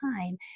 time